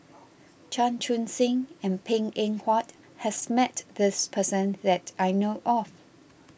Chan Chun Sing and Png Eng Huat has met this person that I know of